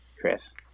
Chris